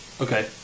Okay